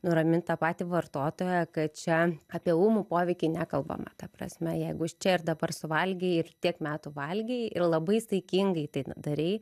nuramint tą patį vartotoją kad čia apie ūmų poveikį nekalbama ta prasme jeigu čia ir dabar suvalgei ir tiek metų valgei ir labai saikingai tai darei